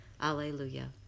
Alleluia